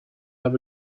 have